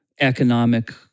economic